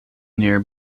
near